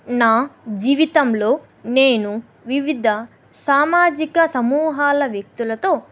నా జీవితంలో నేను వివిధ సామాజిక సమూహాల వ్యక్తులతో